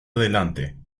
adelante